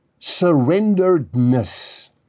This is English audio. surrenderedness